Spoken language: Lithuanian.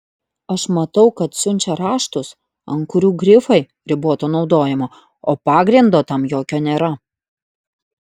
aš matau kad siunčia raštus ant kurių grifai riboto naudojimo o pagrindo tam jokio nėra